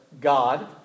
God